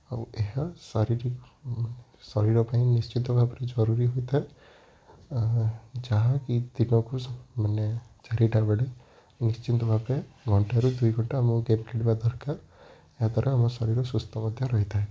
ଆଉ ଏହା ଶାରୀରିକ ଶରୀର ପାଇଁ ନିଶ୍ଚିତ ଭାବରେ ଜରୁରୀ ହୋଇଥାଏ ଯାହା ଦିନକୁ ଚାରିଟା ବେଳେ ନିଶ୍ଚିନ୍ତ ଭାବରେ ଘଣ୍ଟାରୁ ଦୁଇ ଘଣ୍ଟା ଆମକୁ ଗେମ୍ ଖେଳିବା ଦରକାର ଯାହାଦ୍ୱାରା ଆମ ଶରୀର ସୁସ୍ଥ ମଧ୍ୟ ରହିଥାଏ